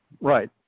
Right